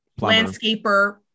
Landscaper